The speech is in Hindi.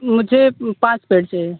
मुझे पाँच पेड़ चाहिए